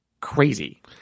crazy